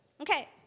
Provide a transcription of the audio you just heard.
okay